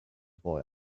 boy